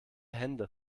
hände